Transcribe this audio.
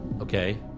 Okay